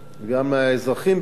גם האזרחים בירכו.